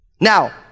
Now